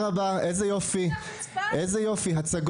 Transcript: איזה יופי, הצגות.